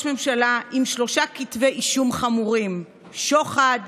ממשלה עם שלושה כתבי אישום חמורים: שוחד,